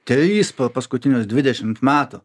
trys per paskutinius dvidešimt metų